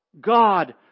God